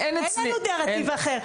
אין נרטיב אחר.